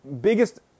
biggest